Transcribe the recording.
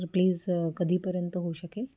तर प्लीज कधीपर्यंत होऊ शकेल